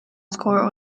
score